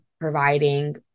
providing